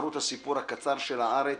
בתחרות הסיפור הקצר של 'הארץ'